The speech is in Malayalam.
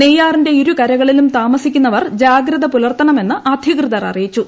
നെയ്യാറിന്റെ ഇരു കരകളിലും താമസിക്കുന്നവർ ജാഗ്രത പുലർത്തണമെന്ന് അധികൃതർ അറിയിച്ചു